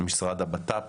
משרד הבט"פ